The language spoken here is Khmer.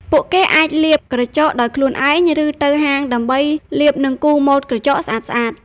ពួកគេអាចលាបក្រចកដោយខ្លួនឯង ឬទៅហាងដើម្បីលាបនិងគូរម៉ូតក្រចកស្អាតៗ។